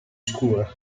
scura